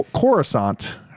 coruscant